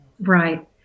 Right